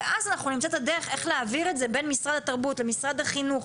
ואז אנחנו נמצא את הדרך איך להעביר את זה בין משרד התרבות למשרד החינוך,